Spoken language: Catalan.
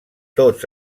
tots